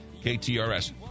KTRS